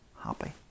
happy